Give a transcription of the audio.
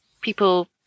people